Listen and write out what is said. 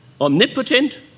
omnipotent